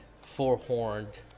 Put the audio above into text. four-horned